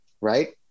right